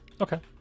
Okay